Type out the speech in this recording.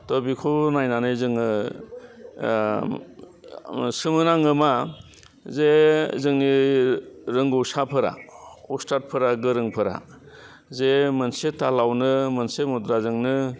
थह बिखौ नायनानै जोङो सोमो नाङो मा जे जोंनि रोंगौसाफोरा अस्टादफोरा गोरोंफोरा जे मोनसे तालावनो मोनसे मुद्राजोंनो